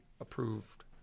approved